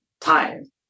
time